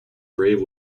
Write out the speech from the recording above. brave